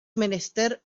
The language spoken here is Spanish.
menester